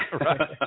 Right